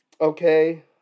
okay